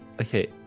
Okay